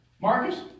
Marcus